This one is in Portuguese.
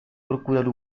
procurar